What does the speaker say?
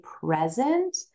present